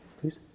please